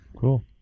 cool